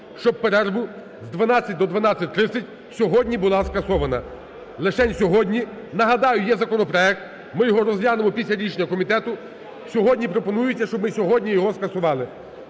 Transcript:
щоб перерва з 12 до 12:30 сьогодні була скасована, лишень сьогодні. Нагадаю, є законопроект, ми його розглянемо після рішення комітету. Сьогодні пропонується, щоб ми сьогодні його скасували.